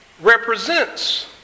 represents